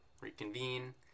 reconvene